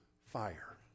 fire